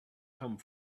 come